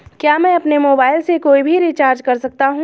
क्या मैं अपने मोबाइल से कोई भी रिचार्ज कर सकता हूँ?